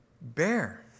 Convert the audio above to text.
bear